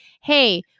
hey